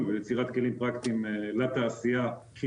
על הנושא הזה אני